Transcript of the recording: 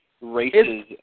races